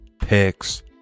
Picks